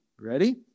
Ready